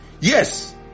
Yes